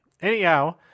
Anyhow